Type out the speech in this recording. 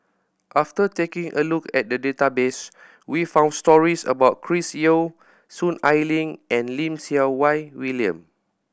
after taking a look at the database we found stories about Chris Yeo Soon Ai Ling and Lim Siew Wai William